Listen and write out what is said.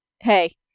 Hey